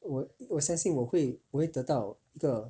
我我相信我会得到一个